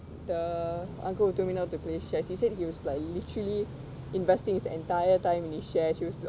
the uncle who told me not to play shares he said he was like literally investing his entire time in his shares he was